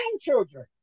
children